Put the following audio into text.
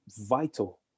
vital